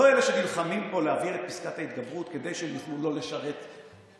לא אלה שנלחמים פה להעביר את פסקת ההתגברות כדי שהם יוכלו לא לשרת רשמי,